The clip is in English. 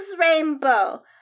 Rainbow